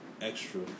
extra